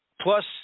Plus